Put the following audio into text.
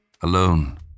Alone